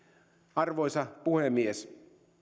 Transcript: arvoisa puhemies